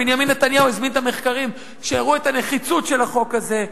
בנימין נתניהו הזמין את המחקרים שהראו את הנחיצות של החוק הזה.